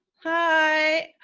hi!